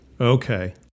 Okay